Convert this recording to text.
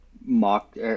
mock